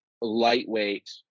lightweight